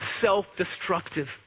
self-destructive